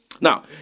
Now